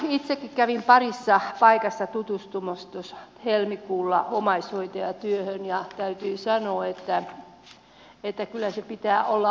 itsekin kävin parissa paikassa tutustumassa helmikuulla omaishoitajatyöhön ja täytyy sanoa että kyllä sen pitää olla rakkautta